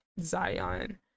zion